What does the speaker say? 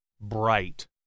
bright